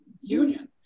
Union